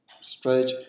stretch